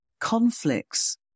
conflicts